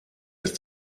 ist